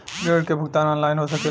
ऋण के भुगतान ऑनलाइन हो सकेला?